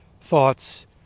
thoughts